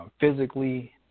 physically